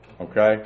Okay